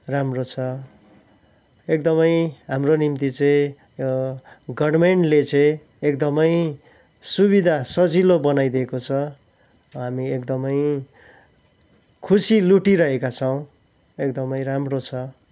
राम्रो छ एकदमै हाम्रो निम्ति चाहिँ यो गर्मेन्टले चाहिँ एकदमै सुविधा सजिलो बनाइदिएको छ हामी एकदमै खुसी लुटिहरेका छौँ एकदमै राम्रो छ